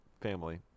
family